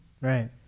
Right